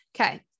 Okay